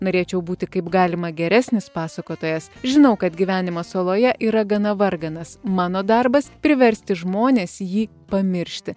norėčiau būti kaip galima geresnis pasakotojas žinau kad gyvenimas saloje yra gana varganas mano darbas priversti žmones jį pamiršti